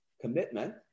commitment